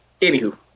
Anywho